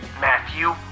Matthew